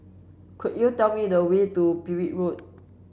could you tell me the way to Petir Road